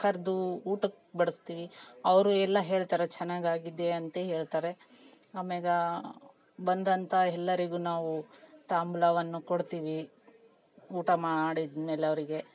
ಕರೆದು ಊಟಕ್ಕೆ ಬಡಿಸ್ತೀವಿ ಅವರು ಎಲ್ಲ ಹೇಳ್ತಾರೆ ಚೆನ್ನಾಗ್ ಆಗಿದೆ ಅಂತ ಹೇಳ್ತಾರೆ ಆಮ್ಯಾಗೆ ಬಂದಂಥ ಎಲ್ಲರಿಗೂ ನಾವೂ ತಾಂಬೂಲವನ್ನು ಕೊಡ್ತೀವಿ ಊಟ ಮಾಡಿದ್ಮೇಲೆ ಅವರಿಗೆ